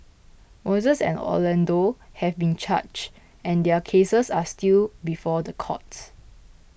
Moises and Orlando have been charged and their cases are still before the courts